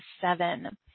seven